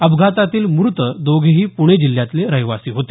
अपघातातील मृत दोघेही पुणे जिल्ह्यातले रहिवासी होते